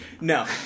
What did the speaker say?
No